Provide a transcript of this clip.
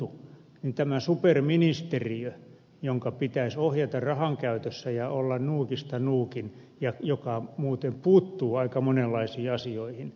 voidaan kysyä miksi tämä superministeriö jonka pitäisi ohjata rahan käytössä ja olla nuukista nuukin ja joka muuten puuttuu aika monenlaisiin asioihin